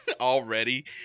already